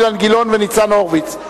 אילן גילאון וניצן הורוביץ.